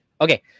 okay